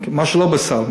מה שלא בסל.